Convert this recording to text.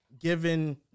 given